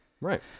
Right